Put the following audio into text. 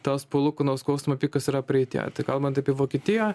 tas palūkanų skausmo pikas yra praeityje tai kalbant apie vokietiją